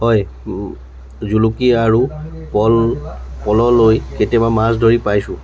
হয় জুলুকি আৰু পল পল'লৈ কেতিয়াবা মাছ ধৰি পাইছোঁ